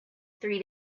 three